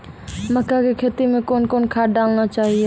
मक्का के खेती मे कौन कौन खाद डालने चाहिए?